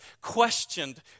questioned